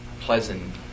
pleasant